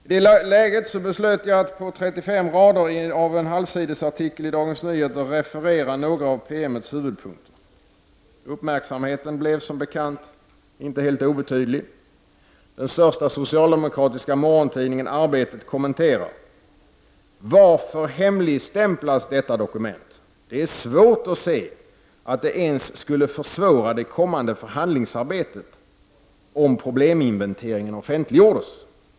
I det läget beslöt jag att på 35 rader av en halvsidesartikel i Dagens Nyheter referera några av promemorians huvudpunkter. Uppmärksamheten blev som bekant inte helt obetydlig. Den största socialdemokratiska morgontidningen, Arbetet, kommenterade: ”Varför hemligstämplas detta dokument? Det är svårt att se att det ens skulle försvåra det kommande förhandlingsarbetet om probleminventeringen offentliggjordes.